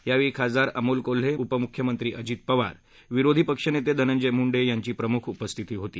यावेळी खासदार अमोल कोल्हे माजी उपमूख्यमंत्री अजित पवार विरोधी पक्षनेते धनंजय मुंडे यांची प्रमुख उपस्थिती होती